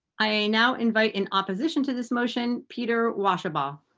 i now invite in opposition to this motion peter washabach.